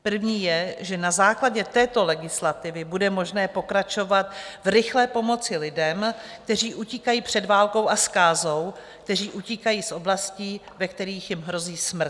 První je, že na základě této legislativy bude možné pokračovat v rychlé pomoci lidem, kteří utíkají před válkou a zkázou, kteří utíkají z oblastí, ve kterých jim hrozí smrt.